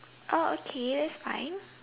oh okay thats fine